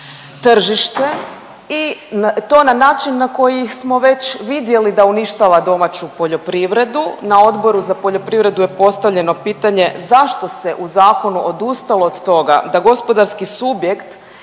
tržište i to ne način na koji smo već vidjeli da uništava domaću poljoprivredu. Na Odboru za poljoprivredu je postavljano pitanje zašto se u zakonu odustalo do toga da gospodarski subjekt